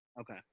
Okay